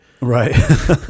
right